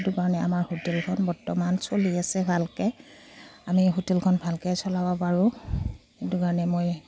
সেইটো কাৰণে আমাৰ হোটেলখন বৰ্তমান চলি আছে ভালকৈ আমি হোটেলখন ভালকৈ চলাব পাৰোঁ সেইটো কাৰণে মই